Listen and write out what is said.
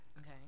Okay